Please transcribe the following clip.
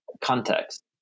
context